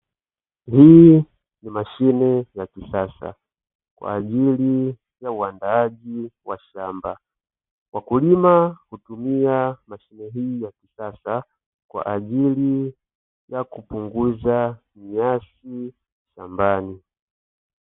Hii ni mashine ya kisasa kwa ajili ya uandaaji wa shamba, wakulima hutumia mashine hii ya kisasa kwa ajili ya kupunguza nyasi shambani.